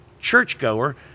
churchgoer